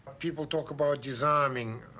people talk about disarming,